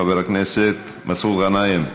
חבר הכנסת מסעוד גנאים,